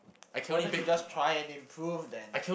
why don't you just try and improve then